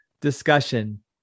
discussion